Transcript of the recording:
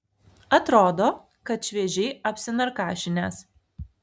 atrodo kad šviežiai apsinarkašinęs